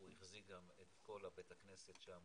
הוא החזיק גם את כל בתי הכנסת שם,